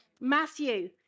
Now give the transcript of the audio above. Matthew